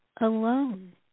alone